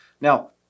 Now